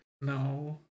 No